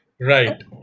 Right